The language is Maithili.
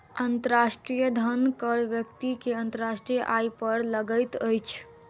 अंतर्राष्ट्रीय धन कर व्यक्ति के अंतर्राष्ट्रीय आय पर लगैत अछि